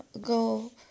go